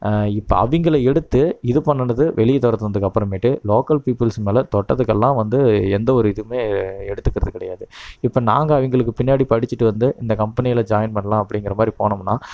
இப்போ அவங்கள எடுத்து இது பண்ணிணுனது வெளியே துரத்துனதுக்கு அப்புறமேட்டு லோக்கல் பீப்புள்ஸ் மேல் தொட்டதுக்கெல்லாம் வந்து எந்தவொரு இதுவுமே எடுத்துக்கிறது கிடையாது இப்போ நாங்கள் அவங்களுக்கு பின்னாடி படிச்சுட்டு வந்து இந்த கம்பெனியில் ஜாய்ன் பண்ணலாம் அப்படிங்கிற மாதிரி போனோம்னால்